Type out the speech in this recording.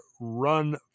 Run